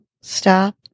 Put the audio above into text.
stop